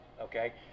Okay